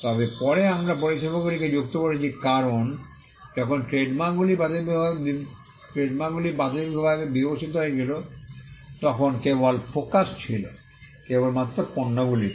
তবে পরে আমরা পরিষেবাগুলি যুক্ত করেছি কারণ যখন ট্রেডমার্কগুলি প্রাথমিকভাবে বিকশিত হয়েছিল তখন কেবল ফোকাস ছিল কেবলমাত্র পণ্যগুলিতে